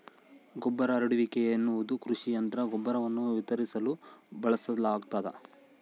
ಗೊಬ್ಬರ ಹರಡುವಿಕೆ ಎನ್ನುವುದು ಕೃಷಿ ಯಂತ್ರ ಗೊಬ್ಬರವನ್ನು ವಿತರಿಸಲು ಬಳಸಲಾಗ್ತದ